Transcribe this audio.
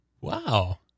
Wow